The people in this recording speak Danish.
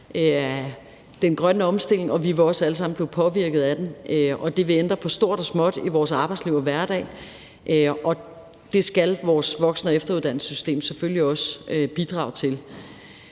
den grønne omstilling, og vi vil også alle sammen blive påvirket af den, og det vil ændre på stort og småt i vores arbejdsliv og hverdag. Det skal vores voksen- og efteruddannelsessystem selvfølgelig også bidrage til.